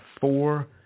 four